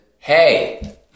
Hey